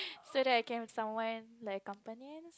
so that I can have someone like companion